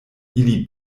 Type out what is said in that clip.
ili